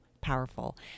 powerful